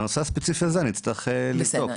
בנושא הספציפי הזה נצטרך לבדוק.